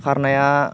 खारनाया